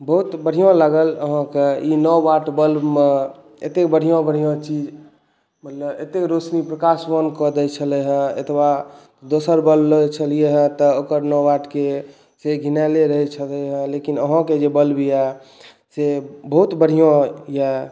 बहुत बढ़िऑं लागल अहाँके ई नओ वाट बल्बमे एतै बढ़िऑं बढ़िऑं चीज मतलब एतेय रौशनी प्रकाशवान कऽ दै छलै हॅं एतबा दोसर बल्ब लै छलियै हँ तऽ एकर नओ वाटके से घिनायलै रहै छलै हँ लेकिन अहाँके जे बल्ब यऽ से बहुत बढ़िऑं यऽ